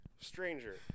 Stranger